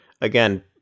Again